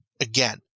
again